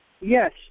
yes